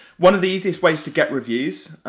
one of the easiest way to get reviews,